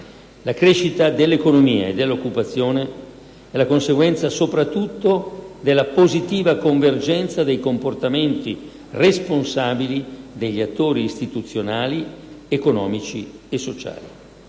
La crescita dell'economia e dell'occupazione è la conseguenza soprattutto della positiva convergenza dei comportamenti responsabili degli attori istituzionali, economici e sociali.